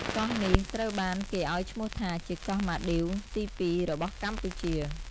កោះនេះត្រូវបានគេឲ្យឈ្មោះថាជាកោះម៉ាឌីវទី ២ របស់កម្ពុជា។